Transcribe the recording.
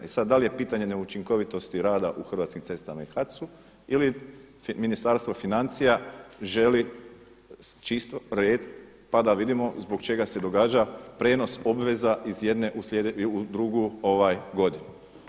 I sada da li je pitanje neučinkovitosti rada u Hrvatskim cestama i HAC-u ili Ministarstvo financija želi čisto red pa da vidimo zbog čega se događa prijenos obveza iz jedne u drugu godinu.